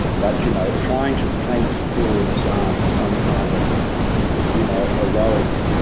but you know, trying to paint julian assange with some kind of you know, heroic